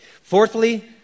Fourthly